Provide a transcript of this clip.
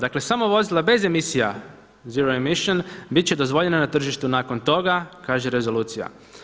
Dakle samo vozila bez emisija zero emission biti će dozvoljena na tržištu nakon toga kaže rezolucija.